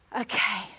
okay